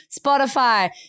Spotify